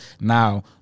Now